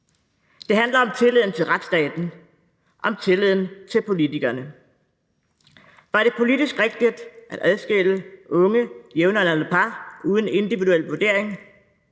Det handler om tilliden til retsstaten, om tilliden til politikerne. Var det politisk rigtigt at adskille unge jævnaldrende par uden individuel vurdering?